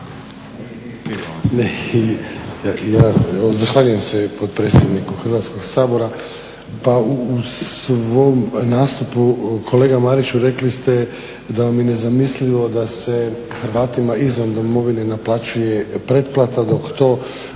(HDZ)** Zahvaljujem se potpredsjedniku Hrvatskog sabora. Pa u svom nastupu kolega Mariću rekli ste da vam je nezamislivo da se Hrvatima izvan domovine naplaćuje pretplata dok to